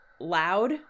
loud